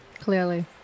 Clearly